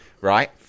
Right